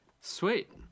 Sweet